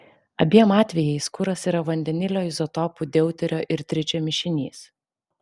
abiem atvejais kuras yra vandenilio izotopų deuterio ir tričio mišinys